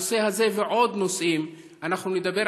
על הנושא הזה ועוד נושאים אנחנו נדבר